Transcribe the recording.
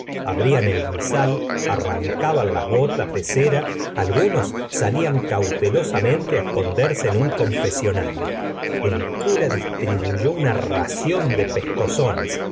abrían el misal arrancaban las gotas de cera algunos salían cautelosamente esconderse en un confesonario el cura distribuyó una ración de pescozones